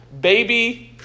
baby